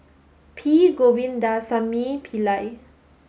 P Govindasamy Pillai